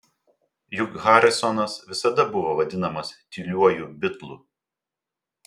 juk harrisonas visada buvo vadinamas tyliuoju bitlu